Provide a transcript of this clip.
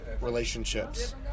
relationships